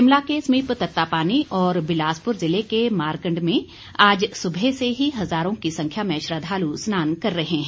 शिमला के समीप तत्तापानी और बिलासपुर ज़िले के मारकंड में आज सुबह से ही हजारों की संख्या में श्रद्दालु स्नान कर रहें है